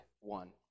one